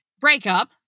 breakup